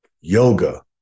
yoga